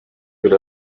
with